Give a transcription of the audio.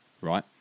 right